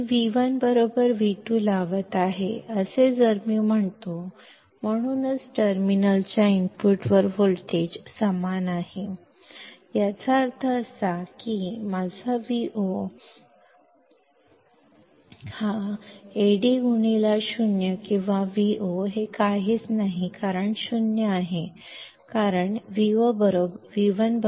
मी V1 V2 लावत आहे असे जर मी म्हणतो म्हणूनच टर्मिनलच्या इनपुटवर व्होल्टेज समान आहे याचा अर्थ असा की माझा Vo काहीही नाही तर Ad0 किंवा Vo हे काहीच नाही 0 कारण V1 V2 योग्य